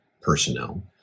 personnel